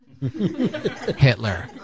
Hitler